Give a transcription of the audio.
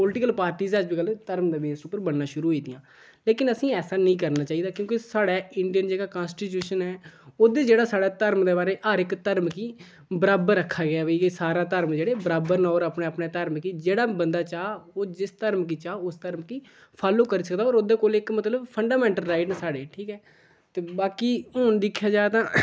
political party ऐ अजकल धर्म दे बेस पर बनना शुरू होई दियां लेकिन असेंई ऐसा नेईं करना चाहिदा क्युंकि साढ़ा इंडियन जेह्ड़ा काॅन्सि्ट्यूशन ऐ ओह्दे च जेह्ड़ा साढ़ा धर्म दे बारै च हर इक धर्म गी बराबर रक्खेआ गेआ ऐ के सारे धर्म जेह्ड़े बराबर न होर अपने अपने धर्म गी जेह्ड़ा बंदा चाह् ओह् जिस धर्म गी चाह्ओह् उस धर्म गी फाॅलो करी सकदा ते ओह्दे कोल इक् मतलब फंडामेंटल राइट न साढ़े ठीक ऐ ते बाकी हू'न दिक्खेआ जा तां